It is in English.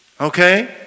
Okay